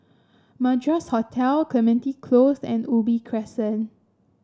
Madras Hotel Clementi Close and Ubi Crescent